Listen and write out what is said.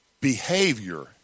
Behavior